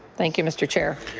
thank you mr. chair.